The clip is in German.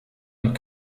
und